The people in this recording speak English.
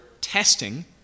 testing